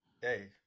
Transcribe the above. hey